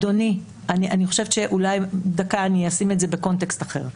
אדוני, אני חושבת שאני אשים את זה בקונטקסט אחר.